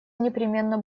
непременно